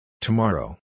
Tomorrow